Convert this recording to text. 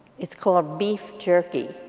it's called beef jerky,